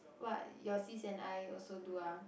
what your sis and I also do ah